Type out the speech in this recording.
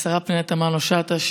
השרה פנינה תמנו שטה,